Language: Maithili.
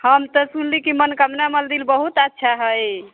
हम तऽ सुनली कि मनोकामना मन्दिर बहुत अच्छा हइ